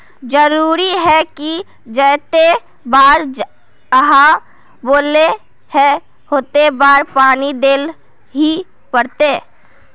जरूरी है की जयते बार आहाँ बोले है होते बार पानी देल ही पड़ते?